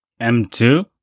M2